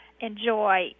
enjoy